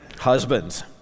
Husbands